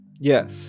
Yes